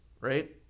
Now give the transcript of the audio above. right